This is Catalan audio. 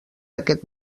aquest